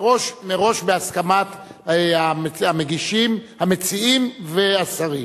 מראש, בהסכמת המגישים, המציעים, והשרים.